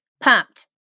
pumped